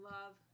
Love